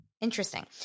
Interesting